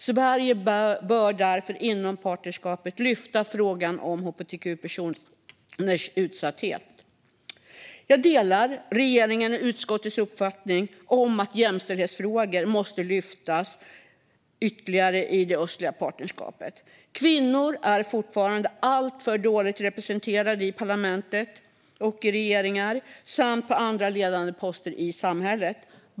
Sverige bör därför inom partnerskapet lyfta frågan om hbtq-personers utsatthet. Jag delar regeringens och utskottets uppfattning att jämställdhetsfrågor måste lyftas ytterligare i det östliga partnerskapet. Kvinnor är fortfarande alltför dåligt representerade i parlament och regeringar samt på andra ledande poster i samhället.